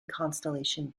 constellation